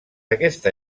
aquesta